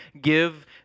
give